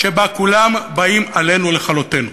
שבה כולם באים עלינו לכלותנו,